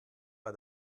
bei